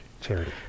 charity